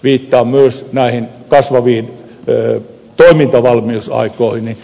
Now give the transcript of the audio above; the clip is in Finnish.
viittaan myös kasvaviin toimintavalmiusaikoihin